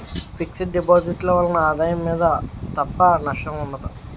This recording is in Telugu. ఫిక్స్ డిపాజిట్ ల వలన ఆదాయం మీద తప్ప నష్టం ఉండదు